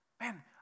Man